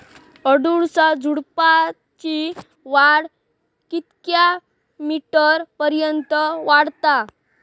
अडुळसा झुडूपाची वाढ कितक्या मीटर पर्यंत वाढता?